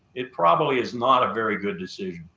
it probably is not a very good decision.